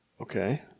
Okay